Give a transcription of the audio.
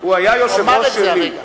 הוא אמר את זה הרגע.